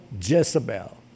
Jezebel